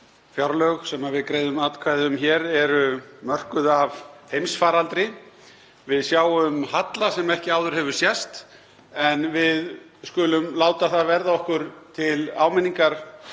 fjárlög sem við greiðum atkvæði um hér eru mörkuð af heimsfaraldri. Við sjáum halla sem ekki hefur áður sést en við skulum láta það verða okkur til áminningar